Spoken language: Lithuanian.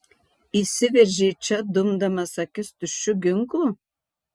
įsiveržei čia dumdamas akis tuščiu ginklu